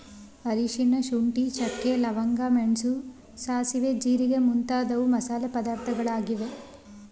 ಅರಿಶಿನ, ಶುಂಠಿ, ಚಕ್ಕೆ, ಲವಂಗ, ಮೆಣಸು, ಸಾಸುವೆ, ಜೀರಿಗೆ ಮುಂತಾದವು ಮಸಾಲೆ ಪದಾರ್ಥಗಳಾಗಿವೆ